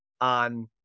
on